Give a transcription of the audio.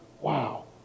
Wow